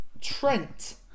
Trent